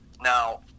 Now